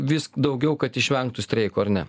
vis daugiau kad išvengtų streiko ar ne